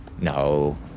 No